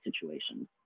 situations